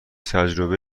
تجربه